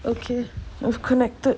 okay I've connected